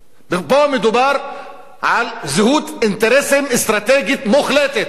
פה מדובר על זהות אינטרסים אסטרטגית מוחלטת.